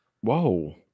Whoa